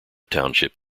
township